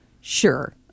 sure